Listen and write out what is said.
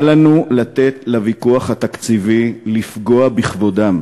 אל לנו לתת לוויכוח התקציבי לפגוע בכבודם.